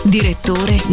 Direttore